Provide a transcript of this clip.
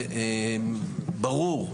וברור,